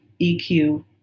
EQ